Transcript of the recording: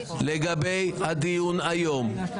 שלגבי הדיון היום